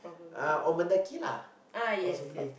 uh or Mendaki lah possibly